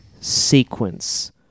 sequence